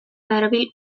darabil